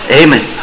amen